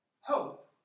hope